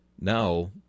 Now